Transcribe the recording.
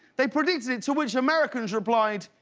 they predicted it, to which americans replied,